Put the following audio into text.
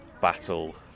battle